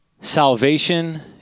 Salvation